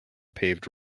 paved